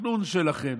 התכנון שלכם,